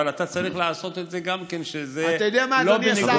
אבל צריך לעשות גם את זה שלא בניגוד לחוק.